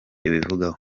ibivugaho